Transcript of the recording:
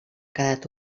quedat